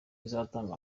izatanga